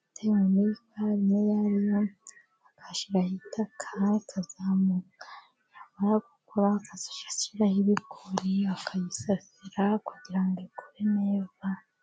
bitewe n'ikawa nyayo agashyiraho itaka ikazamuka yamara gukura akazishyiraho ibikori akayisasira kugira ngo ikure neza.